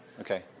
Okay